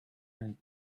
night